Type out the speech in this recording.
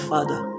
Father